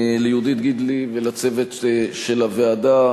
ליהודית גידלי ולצוות הוועדה,